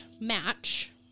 match